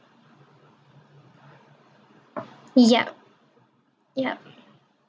yup yup